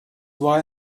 why